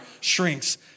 shrinks